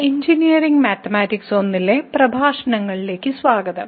engineering mathematics 1 ലെ പ്രഭാഷണങ്ങളിലേക്ക് സ്വാഗതം